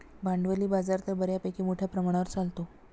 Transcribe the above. भांडवली बाजार तर बऱ्यापैकी मोठ्या प्रमाणावर चालतो